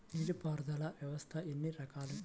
నీటిపారుదల వ్యవస్థలు ఎన్ని రకాలు?